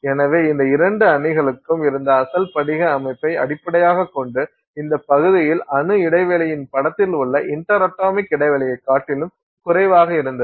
எனவே இந்த இரண்டு அணிகளுக்கும் இருந்த அசல் படிக அமைப்பை அடிப்படையாகக் கொண்டு இந்த பகுதியில் அணு இடைவெளியின் படத்தில் உள்ள இன்டர்அட்டாமிக் இடைவெளியைக் காட்டிலும் குறைவாக இருந்தது